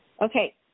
Okay